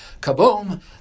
Kaboom